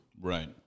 Right